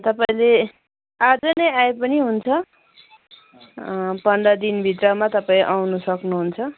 तपाईँले आज नै आए पनि हुन्छ पन्ध्र दिन भित्रमा तपाईँ आउनु सक्नुहुन्छ